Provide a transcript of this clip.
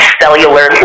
cellular